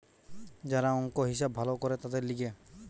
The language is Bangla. যারা অংক, হিসাব ভালো করে তাদের লিগে